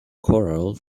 corral